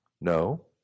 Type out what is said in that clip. No